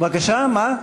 מה?